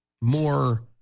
more